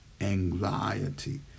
anxiety